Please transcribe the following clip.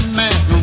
man